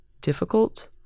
difficult